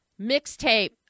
Mixtape